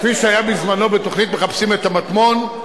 כפי שהיה בתוכנית "מחפשים את המטמון",